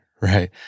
Right